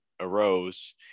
arose